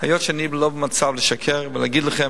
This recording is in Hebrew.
היות שאני לא במצב של לשקר ולהגיד לכם: